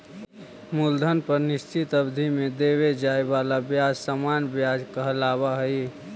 मूलधन पर निश्चित अवधि में देवे जाए वाला ब्याज सामान्य व्याज कहलावऽ हई